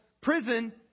prison